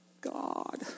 God